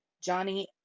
Johnny